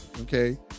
okay